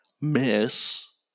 miss